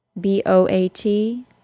B-O-A-T